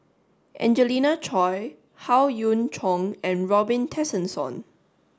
Angelina Choy Howe Yoon Chong and Robin Tessensohn